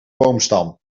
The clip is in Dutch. boomstam